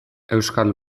euskal